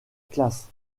classe